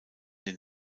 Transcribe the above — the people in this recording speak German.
den